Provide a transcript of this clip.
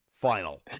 final